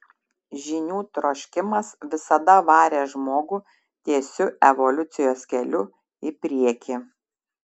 žinių troškimas visada varė žmogų tiesiu evoliucijos keliu į priekį